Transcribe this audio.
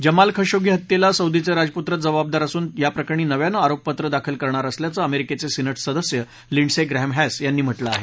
Jamal Khashoggi हत्येला सौदीचे राजपूत्रच जबाबदार असून याप्रकरणी नव्यानं आरोपपत्र दाखल करणार असल्याचं अमेरिकेचे सिनेट सदस्य लिंडसे ग्रॅहमहॅस यांनी म्हटलं आहे